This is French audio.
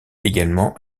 également